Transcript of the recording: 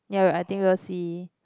ya we'll I think we'll see